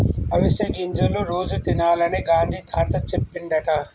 అవిసె గింజలు రోజు తినాలని గాంధీ తాత చెప్పిండట